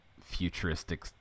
futuristic